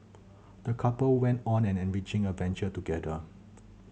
the couple went on an enriching adventure together